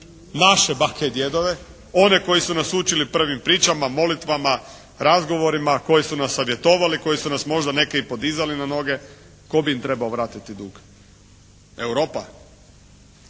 naše bake i djedove, one koji su nas učili prvim pričama, molitvama, razgovorima, koji su nas savjetovali, koji su nas možda neke i podizali na noge. Tko bi im trebao vratiti dug? Europa?